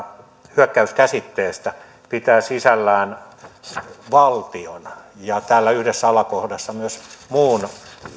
hyökkäyskäsitteestä pitää sisällään valtion ja täällä yhdessä alakohdassa myös muun